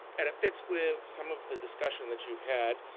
and it fits with some of the discussion that you've had,